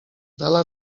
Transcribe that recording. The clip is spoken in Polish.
dala